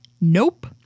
Nope